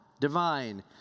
divine